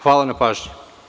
Hvala na pažnji.